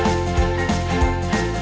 and